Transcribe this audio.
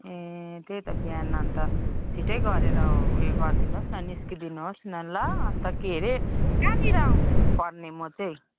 ए त्यही त बिहान अनि त छिटै गरेर ऊ यो गरिदिनुहोस् न निस्किदिनुहोस् न ल अनि त के अरे कहाँनिर आउनुपर्ने म चाहिँ